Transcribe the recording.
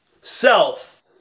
self